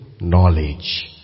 knowledge